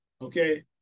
Okay